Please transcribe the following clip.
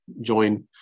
join